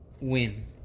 win